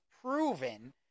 proven